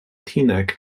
teaneck